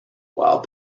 while